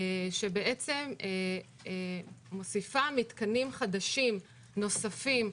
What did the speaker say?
ומוסיפה מתקנים חדשים נוספים,